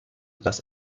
das